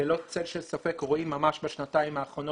ללא צל של ספק רואים ממש בשנתיים האחרונות